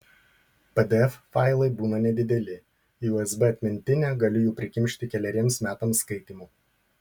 pdf failai būna nedideli į usb atmintinę galiu jų prikimšti keleriems metams skaitymo